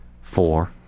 four